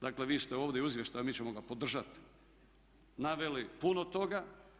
Dakle, vi ste ovdje u izvještaju, mi ćemo ga podržati naveli puno toga.